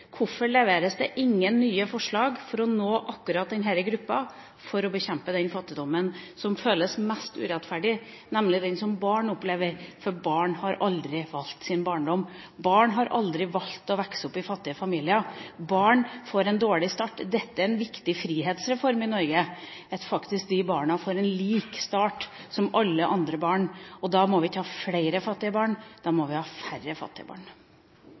leveres? Hvorfor leveres ingen nye forslag for å nå akkurat denne gruppa for å bekjempe den fattigdommen som føles mest urettferdig, nemlig den som barn opplever, for barn har aldri valgt sin barndom? Barn har aldri valgt å vokse opp i fattige familier. Barn får en dårlig start. Det er en viktig frihetsreform i Norge at faktisk disse barna får en lik start som alle andre barn. Da må vi ikke ha flere fattige barn, da må vi ha færre fattige barn.